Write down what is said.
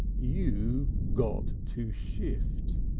you got to shift.